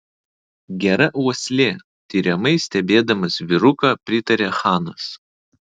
gera uoslė tiriamai stebėdamas vyruką pritarė chanas